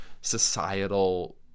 societal